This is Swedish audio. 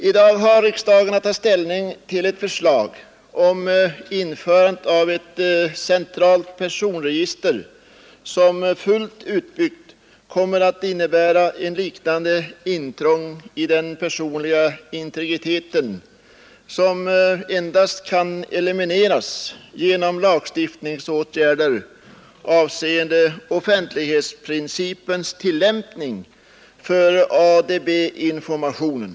I dag har riksdagen att ta ställning till ett förslag om införande av ett centralt personregister som fullt utbyggt kommer att innebära ett liknande intrång i den personliga integriteten, som endast kan elimineras genom lagstiftningsåtgärder avseende offentlighetsprincipens tillämpning för ADB-informationen.